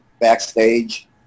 backstage